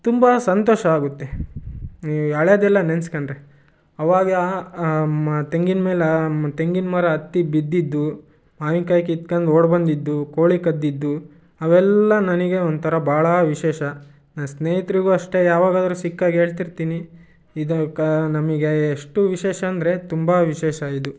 ತುಂಬ ಸಂತೋಷ ಆಗುತ್ತೆ ಈ ಹಳೇದೆಲ್ಲ ನೆನ್ಸ್ಕೊಂಡ್ರೆ ಅವಾಗ ತೆಂಗಿನ ಮೇಲೆ ತೆಂಗಿನ ಮರ ಹತ್ತಿ ಬಿದ್ದಿದ್ದು ಮಾವಿನ್ಕಾಯಿ ಕಿತ್ಕಂಡ್ ಓಡಿಬಂದಿದ್ದು ಕೋಳಿ ಕದ್ದಿದ್ದು ಅವೆಲ್ಲ ನನಗೆ ಒಂಥರ ಭಾಳ ವಿಶೇಷ ಸ್ನೇಹಿತರಿಗೂ ಅಷ್ಟೇ ಯಾವಾಗಾದರೂ ಸಿಕ್ಕಾಗ ಹೇಳ್ತೀರ್ತೀನಿ ಇದು ಕಾ ನಮಗೆ ಎಷ್ಟು ವಿಶೇಷ ಅಂದರೆ ತುಂಬ ವಿಶೇಷ ಇದು